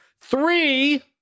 three